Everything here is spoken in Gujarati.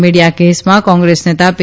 મીડીયા કેસમાં કોંગ્રેસ નેતા પી